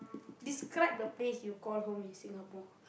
describe the place you call home in Singapore